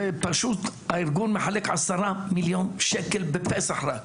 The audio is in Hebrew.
זה פשוט הארגון מחלק עשרה מיליון שקל בפסח רק.